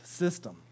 system